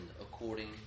according